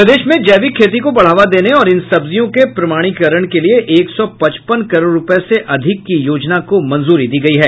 प्रदेश में जैविक खेती को बढ़ावा देने और इन सब्जियों के प्रमाणीकरण के लिये एक सौ पचपन करोड़ रूपये से अधिक की योजना को मंजूरी दी गयी है